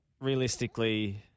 realistically